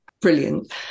Brilliant